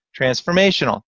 transformational